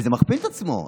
וזה מכפיל את עצמו.